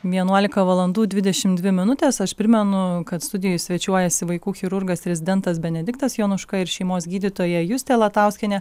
vienuolika valandų dvidešimt dvi minutės aš primenu kad studijoje svečiuojasi vaikų chirurgas rezidentas benediktas jonuška ir šeimos gydytoja justė latauskienė